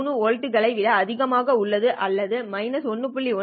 3 வோல்ட்டுகளை விட அதிகமாக உள்ளது அல்லது அது 1